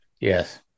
Yes